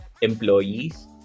employees